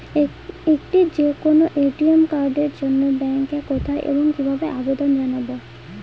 একটি যে কোনো এ.টি.এম কার্ডের জন্য ব্যাংকে কোথায় এবং কিভাবে আবেদন জানাব?